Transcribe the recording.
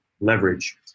leverage